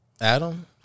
Adam